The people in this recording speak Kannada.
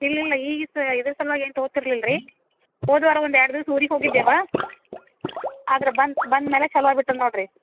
ಇಲ್ಲಿಲ್ಲ ಈಗ ಇತ್ತು ಇದ್ರ ಸಲ್ವಾಗ ಏನೂ ತಗೋತಿರ್ಲಿಲ್ಲ ರೀ ಹೋದ ವಾರ ಒಂದು ಎರಡು ದಿವಸ ಊರಿಗೆ ಹೋಗಿದ್ದೆವು ಆದರೆ ಬಂದ ಬಂದಮೇಲೆ ಚಾಲು ಆಗ್ಬಿಟ್ಟದೆ ನೋಡಿರಿ